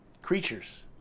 creatures